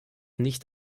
nicht